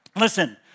Listen